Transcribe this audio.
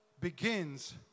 begins